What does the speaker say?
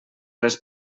les